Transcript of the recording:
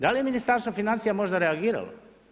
Da li je Ministarstvo financija možda reagiralo?